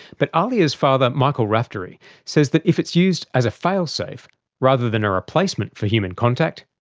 but ahlia's father michael raftery says that if it's used as a failsafe rather than a replacement for human contact,